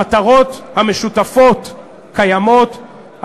המטרות המשותפות קיימות,